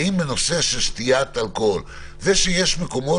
האם הנושא של שתיית אלכוהול זה שיש מקומות